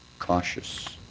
cautious